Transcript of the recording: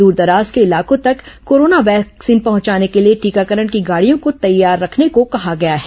द्रदराज के इलाकों तक कोरोना वैक्सीन पहंचाने के लिए टीकाकरण की गाड़ियों को तैयार रखने को कहा गया है